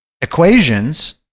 equations